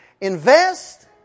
Invest